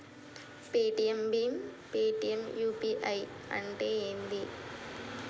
Paytm భీమ్ Paytm UPI అంటే ఏంది?